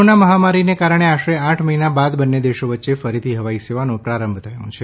corona મહામારીને કારણે આશરે આઠ મહિના બાદ બંને દેશો વચ્ચે ફરીથી હવાઇ સેવાનો પ્રારંભ થયો છે